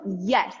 yes